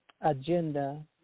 agenda